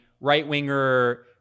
right-winger